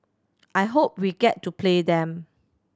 I hope we get to play them